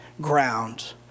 ground